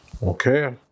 okay